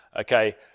okay